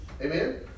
Amen